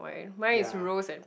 mine is rose and